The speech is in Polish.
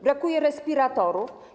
Brakuje respiratorów.